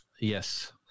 yes